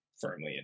firmly